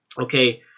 okay